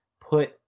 put